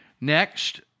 Next